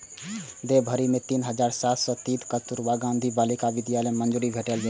देश भरि मे तीन हजार सात सय तीन कस्तुरबा गांधी बालिका विद्यालय कें मंजूरी भेटल छै